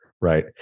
right